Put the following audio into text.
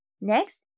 Next